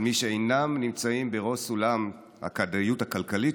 על מי שאינם נמצאים בראש סולם הכדאיות הכלכלית,